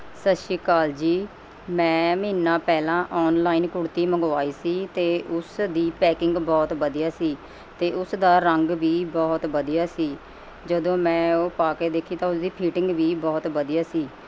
ਸਤਿ ਸ਼੍ਰੀ ਅਕਾਲ ਜੀ ਮੈਂ ਮਹੀਨਾ ਪਹਿਲਾਂ ਔਨਲਾਈਨ ਕੁੜਤੀ ਮੰਗਵਾਈ ਸੀ ਅਤੇ ਉਸ ਦੀ ਪੈਕਿੰਗ ਬਹੁਤ ਵਧੀਆ ਸੀ ਅਤੇ ਉਸ ਦਾ ਰੰਗ ਵੀ ਬਹੁਤ ਵਧੀਆ ਸੀ ਜਦੋਂ ਮੈਂ ਉਹ ਪਾ ਕੇ ਦੇਖੀ ਤਾਂ ਉਹਦੀ ਫੀਟਿੰਗ ਵੀ ਬਹੁਤ ਵਧੀਆ ਸੀ